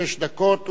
שש דקות,